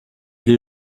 les